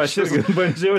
aš irgi bandžiau